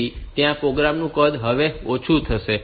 તેથી ત્યાં પ્રોગ્રામ નું કદ હવે ઓછું થશે